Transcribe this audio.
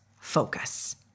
focus